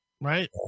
Right